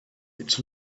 its